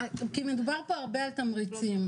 כי מדובר פה הרבה על תמריצים,